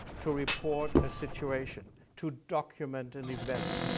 to report a situation, to document an event,